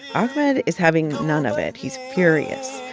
ahmed is having none of it. he's furious.